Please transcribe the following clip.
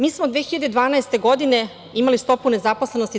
Mi smo 2012. godine imali stopu nezaposlenosti 27%